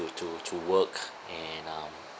to to work and um